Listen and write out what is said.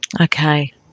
Okay